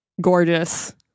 gorgeous